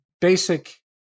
basic